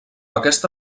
aquesta